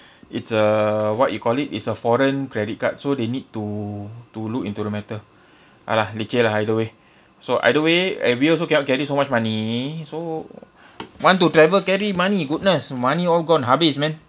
it's a what you call it it's a foreign credit card so they need to to look into the matter !alah! leceh lah either way so either way and we also cannot carry so much money so want to travel carry money goodness money all gone habis man